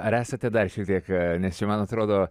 ar esate dar šiek tiek nes čia man atrodo